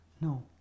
no